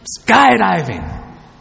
skydiving